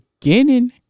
beginning